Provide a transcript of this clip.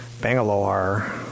Bangalore